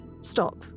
stop